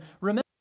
Remember